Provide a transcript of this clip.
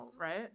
right